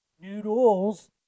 Noodles